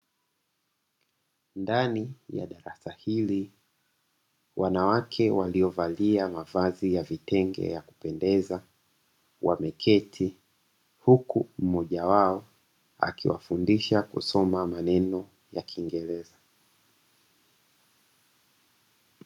Ndani ya darasa hili wanawake waliovalia mavazi ya vitenge ya kupendeza wameketi, huku mmoja wao akiwafundisha kusoma maneno ya kingereza.